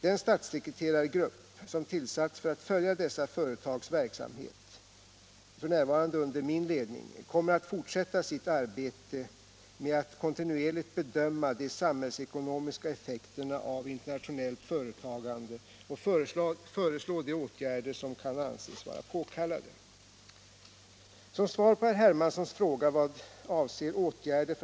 Den statssekreterargrupp som tillsatts för att följa dessa företags verksamhet, f. n. under min ledning, kommer att fortsätta sitt arbete med att kontinuerligt bedöma de samhällsekonomiska effekterna av internationellt företagande och föreslå de åtgärder som kan anses vara påkallade. ganisationer.